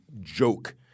joke